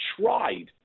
tried